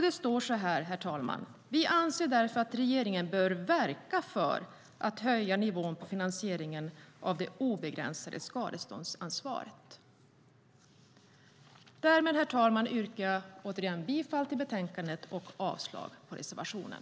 Det står följande, herr talman: "Vi anser därför att regeringen bör verka för att höja nivån på finansieringen av det obegränsade skadeståndsansvaret." Därmed, herr talman, yrkar jag återigen bifall till utskottets förslag i betänkandet och avslag på reservationen.